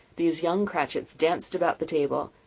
these young cratchits danced about the table,